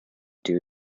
due